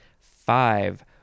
Five